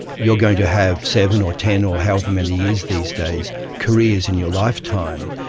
you're going to have seven or ten or however many years these days careers in your lifetime.